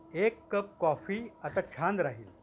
एक cup coffee आता छान राहील